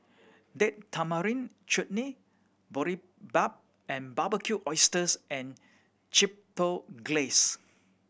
Date Tamarind Chutney Boribap and Barbecued Oysters and Chipotle Glaze